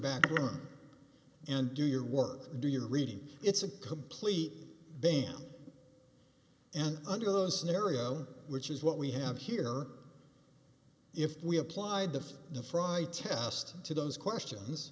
room and do your work and do your reading it's a complete ban and under those scenarios which is what we have here if we applied to the friday test to those questions